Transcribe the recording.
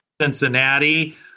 Cincinnati